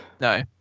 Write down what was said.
No